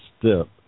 step